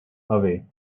away